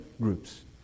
groups